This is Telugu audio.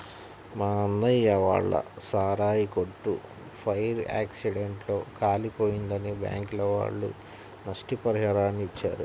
మా అన్నయ్య వాళ్ళ సారాయి కొట్టు ఫైర్ యాక్సిడెంట్ లో కాలిపోయిందని బ్యాంకుల వాళ్ళు నష్టపరిహారాన్ని ఇచ్చారు